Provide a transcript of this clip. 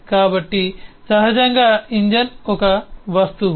కాబట్టి సహజంగా ఇంజిన్ ఒక వస్తువు